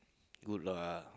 good lah